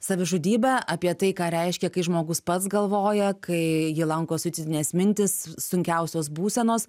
savižudybę apie tai ką reiškia kai žmogus pats galvoja kai jį lanko suicidinės mintys s sunkiausios būsenos